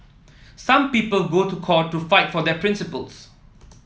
some people go to court to fight for their principles